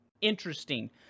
interesting